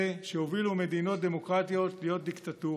שהובילו מדינות דמוקרטיות להיות דיקטטורה.